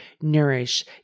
nourish